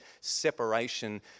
separation